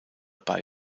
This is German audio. bei